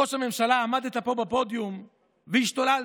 ראש הממשלה, עמדת פה בפודיום והשתוללת.